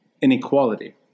inequality